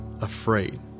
afraid